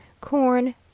corn